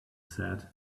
said